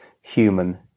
human